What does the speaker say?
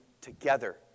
together